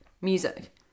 music